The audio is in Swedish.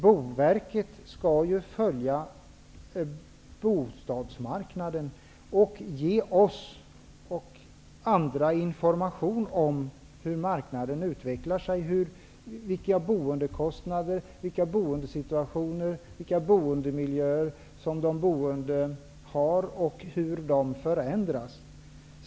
Boverket skall ju följa bostadsmarknaden och ge oss och andra information om hur marknaden utvecklar sig, vilka boendekostnader, vilka boendesituationer och vilka boendemiljöer som de boende har och hur de förändras.